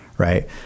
right